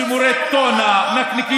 דג הסלמון עלה, נכון?